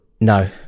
No